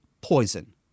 poison